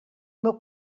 meu